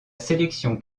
sélection